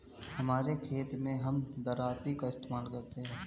हमारे खेत मैं हम दरांती का इस्तेमाल करते हैं